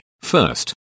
First